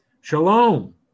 Shalom